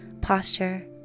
posture